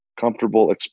comfortable